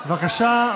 בבקשה,